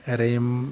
ओरै